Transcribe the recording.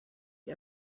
you